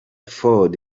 ford